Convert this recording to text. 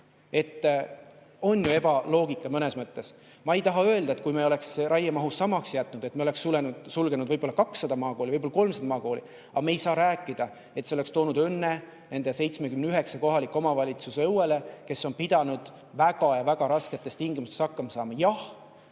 On ju ebaloogika mõnes mõttes. Ma ei taha öelda, et kui me oleksime raiemahu samaks jätnud, me oleksime sulgenud võib-olla 200 maakooli, võib-olla 300 kooli. Aga me ei saa rääkida sellest, et see oleks toonud õnne nende 79 kohaliku omavalitsuse õuele, kes on pidanud väga rasketes tingimustes hakkama saama. Jah,